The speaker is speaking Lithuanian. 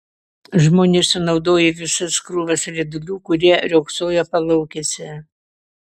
žmonės sunaudojo visas krūvas riedulių kurie riogsojo palaukėse